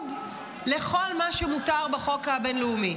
בניגוד לכל מה שמותר בחוק הבין-לאומי.